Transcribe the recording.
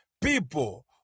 People